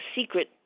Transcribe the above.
secret